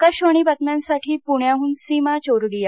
आकाशवाणी बातम्यांसाठी पृण्याहन सीमा चोरडीया